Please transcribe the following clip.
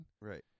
Right